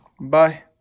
bye